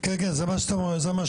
התוכנית הזו קובעת